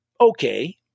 okay